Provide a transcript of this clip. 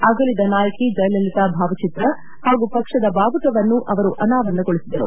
ಅಗಲಿದ ನಾಯಕಿ ಜಯಲಲಿತಾ ಭಾವಚಿತ್ರ ಹಾಗೂ ಪಕ್ಷದ ಬಾವುಟವನ್ನೂ ಅವರು ಅನಾವರಣಗೊಳಿಸಿದರು